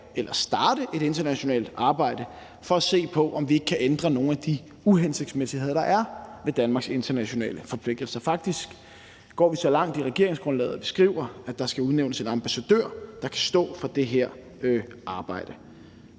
eller starte et internationalt arbejde for at se på, om vi ikke kan ændre nogle af de uhensigtsmæssigheder, der er ved Danmarks internationale forpligtelser. Faktisk går vi så langt i regeringsgrundlaget, at vi skriver, at der skal udnævnes en ambassadør, der kan stå for det her arbejde.